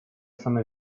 some